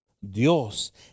Dios